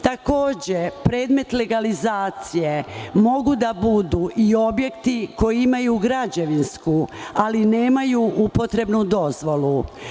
Takođe, predmet legalizacije mogu da budu i objekti koji imaju građevinsku, ali nemaju upotrebnu dozvolu.